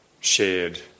shared